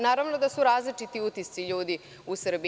Naravno da su različiti utisci ljudi u Srbiji.